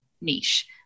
niche